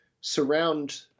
surround